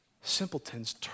simpletons